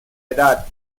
edad